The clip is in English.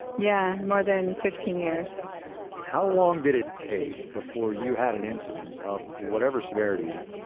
yeah. more than fifteen years how long did it take before you had an incident of whatever severity,